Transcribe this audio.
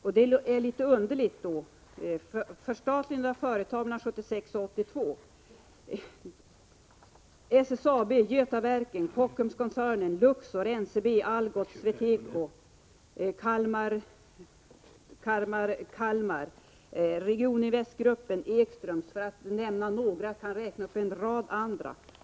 Då är det litet underligt: förstatligande av företag mellan 1976 och 1982 gäller SSAB, Götaverken, Kockumskoncernen, Luxor, NCB, Algots, SweTeco, Kalmar Verkstad, Regioninvest, Ekströms, för att nämna några. Jag kan räkna upp en rad andra också.